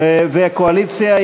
והקואליציה,